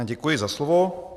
Děkuji za slovo.